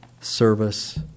service